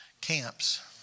camps